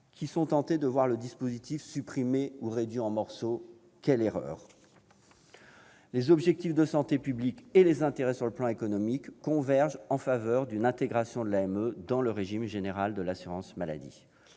encore tentés de voir le dispositif supprimé ou réduit en morceaux. Quelle erreur ! Les objectifs de santé publique et les intérêts sur le plan économique convergent vers une intégration de l'AME dans le régime général de l'assurance maladie.